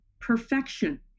perfection